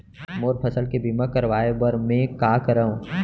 मोर फसल के बीमा करवाये बर में का करंव?